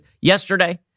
yesterday